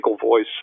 voice